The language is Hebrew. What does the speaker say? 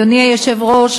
אדוני היושב-ראש,